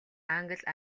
англи